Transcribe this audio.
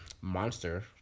Monster